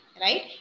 right